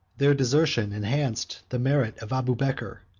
their desertion enhanced the merit of abubeker,